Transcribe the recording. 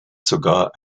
sogar